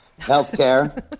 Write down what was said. Healthcare